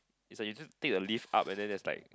is like you just take the lift up and then there's like